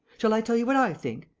shall i tell you what i think?